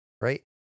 Right